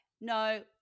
no